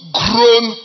grown